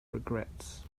regrets